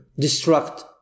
destruct